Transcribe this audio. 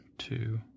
Two